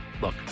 look